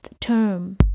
term